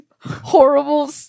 horrible